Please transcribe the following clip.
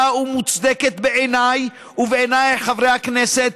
ומוצדקת בעיניי ובעיני חברי הכנסת,